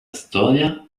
estonia